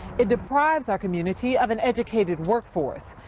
it deprives our community of an educated workforce,